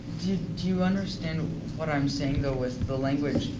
do you understand what i am saying though, with the language.